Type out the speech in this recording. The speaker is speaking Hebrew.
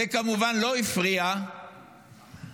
זה כמובן לא הפריע לממשלה,